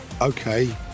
Okay